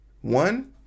One